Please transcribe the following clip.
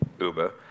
Uber